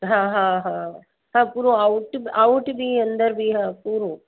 हा हा हा हा पूरो आउट आउट बि अंदरि बि हा पूरो